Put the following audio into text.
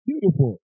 Beautiful